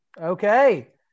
Okay